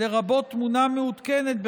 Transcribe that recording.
לרבות תמונה מעודכנת,